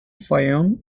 fayoum